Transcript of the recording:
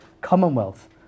Commonwealth